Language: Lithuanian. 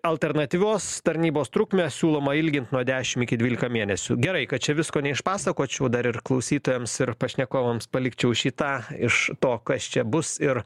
alternatyvios tarnybos trukmę siūloma ilgint nuo dešimt iki dvylika mėnesių gerai kad čia visko neišpasakočiau dar ir klausytojams ir pašnekovams palikčiau šį tą iš to kas čia bus ir